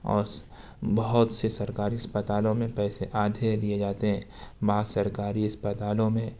اور بہت سے سرکاری اسپتالوں میں پیسے آدھے لیے جاتے ہیں بعض سرکاری اسپتالوں میں